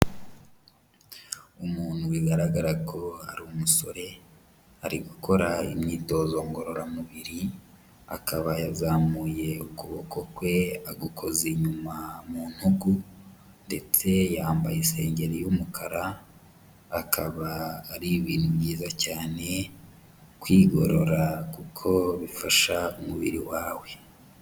Umuntu bigaragara ko ari umusore ari gukora imyitozo ngororamubiri, akaba yazamuye ukuboko kwe a agakoze inyuma mu ntugu ndetse yambaye isengeri y'umukara, akaba ari ibintu mwiza cyane kwigorora kuko bifasha umubiri wawe.